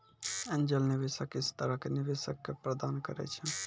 angel निवेशक इस तरह के निवेशक क प्रदान करैय छै